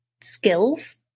skills